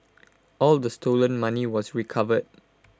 all the stolen money was recovered